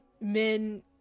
men